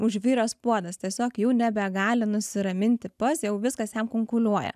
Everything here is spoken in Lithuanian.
užviręs puodas tiesiog jau nebegali nusiraminti pats jau viskas jam kunkuliuoja